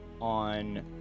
on